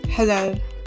Hello